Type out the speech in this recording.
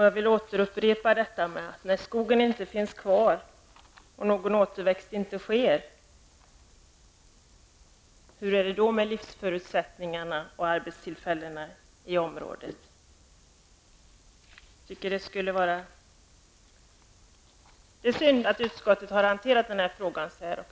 Jag vill upprepa min fråga: När det inte längre finns någon skog kvar och någon återväxt inte sker, hur blir det då med livsförutsättningarna och arbetstillfällena i det aktuella området? Jag beklagar det sätt på vilket utskottet har hanterat frågan.